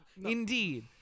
Indeed